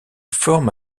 forme